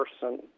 person